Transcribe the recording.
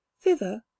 thither